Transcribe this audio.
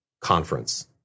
conference